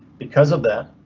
because of that,